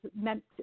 meant